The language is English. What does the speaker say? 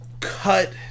cut